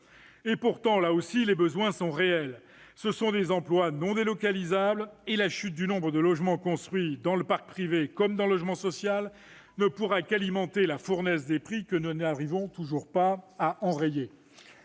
sont, là aussi, réels. Les emplois concernés sont non délocalisables et la chute du nombre de logements construits, tant dans le parc privé que dans le logement social, ne pourra qu'alimenter la fournaise des prix, que nous n'arrivons toujours pas à enrayer.